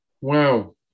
Wow